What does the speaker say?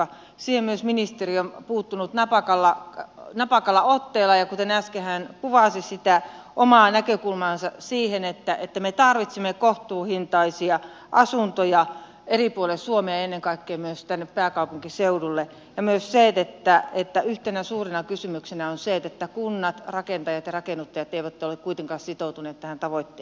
siihen myös ministeri on puuttunut napakalla otteella kuten hän äsken kuvasi sitä omaa näkökulmaansa siihen että me tarvitsemme kohtuuhintaisia asuntoja eri puolille suomea ja ennen kaikkea myös tänne pääkaupunkiseudulle ja yhtenä suurena kysymyksenä on se että kunnat rakentajat ja rakennuttajat eivät ole kuitenkaan sitoutuneet tähän tavoitteeseen